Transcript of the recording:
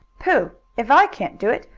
pooh! if i can't do it,